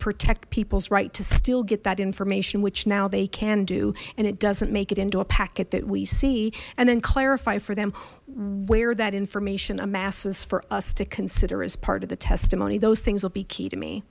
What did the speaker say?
protect people's right to still get that information which now they can do and it doesn't make it into a packet that we see and then clarify for them where that information amasses for us to consider as part of the testimony those things will be key to me